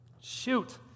Shoot